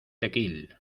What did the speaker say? tequil